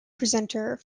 presenter